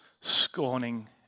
scorning